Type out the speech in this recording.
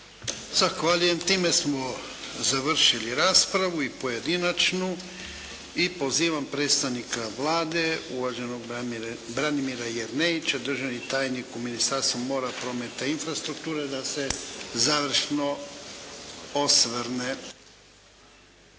Zahvaljujem. Time smo završili raspravu i pojedinačnu. I pozivam predstavnika Vlade, uvaženog Branimira Jerneića, državni tajnik u Ministarstvu mora, prometa i infrastrukture da se završno osvrne.